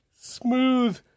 smooth